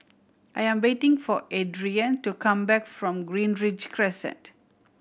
I am waiting for Adrien to come back from Greenridge Crescent